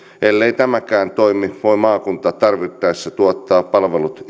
ellei tämäkään toimi voi maakunta tarvittaessa tuottaa palvelut